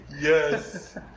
Yes